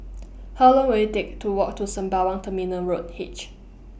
How Long Will IT Take to Walk to Sembawang Terminal Road H